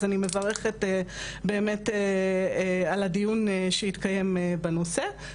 אז אני מברכת באמת על הדיון שהתקיים בנושא,